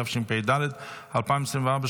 התשפ"ד 2024,